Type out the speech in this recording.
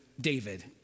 David